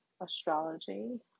astrology